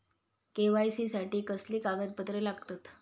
KYC साठी कसली कागदपत्र लागतत?